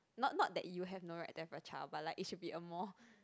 not not that you have no right to have a child but like it should be a more